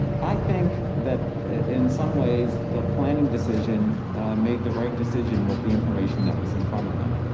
i think that in some ways the planning decision made the right decision with the information that was in front of them.